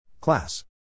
Class